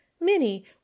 Minnie